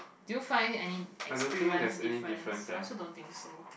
do you find any experience difference I also don't think so